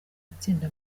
itsinda